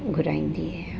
घुराईंदी आहियां